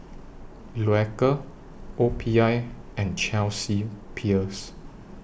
Loacker O P I and Chelsea Peers